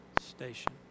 station